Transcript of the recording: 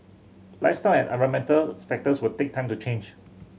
lifestyle and environmental factors will take time to change